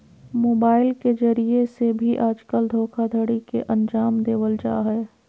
mobile के जरिये से भी आजकल धोखाधडी के अन्जाम देवल जा हय